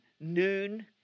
noon